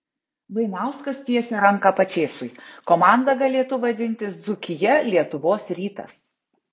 vainauskas tiesia ranką pačėsui komanda galėtų vadintis dzūkija lietuvos rytas